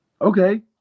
Okay